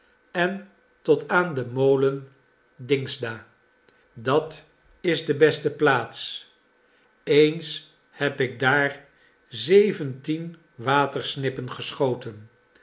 en tot aan de molen dingsda dat is de beste plaats eens heb ik daar zeventien watersnippen geschoten